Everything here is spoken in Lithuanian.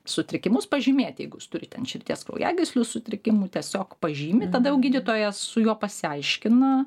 sutrikimus pažymėti jeigu jis turi ten širdies kraujagyslių sutrikimų tiesiog pažymi tada jau gydytojas su juo pasiaiškina